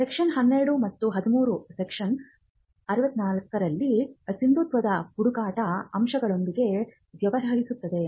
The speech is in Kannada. ಸೆಕ್ಷನ್ 12 ಮತ್ತು 13 ಸೆಕ್ಷನ್ 64 ರಲ್ಲಿ ಸಿಂಧುತ್ವದ ಹುಡುಕಾಟ ಅಂಶಗಳೊಂದಿಗೆ ವ್ಯವಹರಿಸುತ್ತದೆ